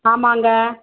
ஆமாங்க